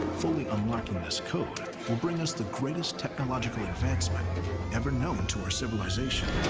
fully unlocking this code will bring us the greatest technological advancement ever known to our civilization.